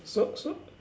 so so